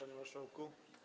Panie Marszałku!